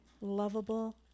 lovable